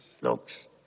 looks